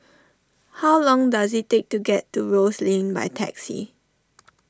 how long does it take to get to Rose Lane by taxi